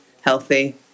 healthy